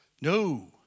No